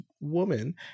woman